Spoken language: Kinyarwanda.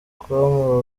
com